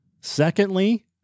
Secondly